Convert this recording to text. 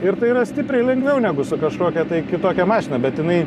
ir tai yra stipriai lengviau negu su kažkokia kitokia mašina bet jinai